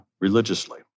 religiously